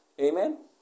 Amen